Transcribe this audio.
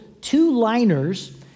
two-liners